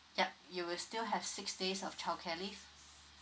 yup you will still have six days of childcare leave